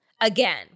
again